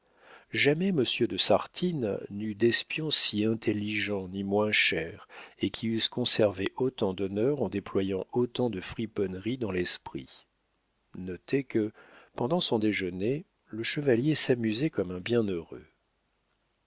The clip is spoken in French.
jamais monsieur de sartines n'eut d'espions si intelligents ni moins chers et qui eussent conservé autant d'honneur en déployant autant de friponnerie dans l'esprit notez que pendant son déjeuner le chevalier s'amusait comme un bienheureux